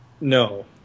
No